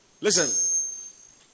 Listen